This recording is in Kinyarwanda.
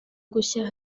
gushya